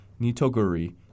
Nitoguri